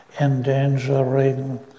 endangering